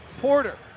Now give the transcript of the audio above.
Porter